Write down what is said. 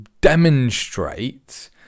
demonstrate